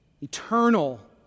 eternal